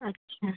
अच्छा